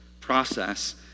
process